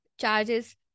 charges